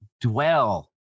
dwell